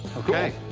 ok.